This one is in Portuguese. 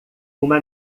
uma